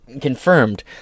confirmed